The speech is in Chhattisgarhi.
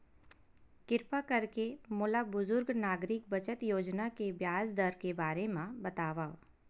किरपा करके मोला बुजुर्ग नागरिक बचत योजना के ब्याज दर के बारे मा बतावव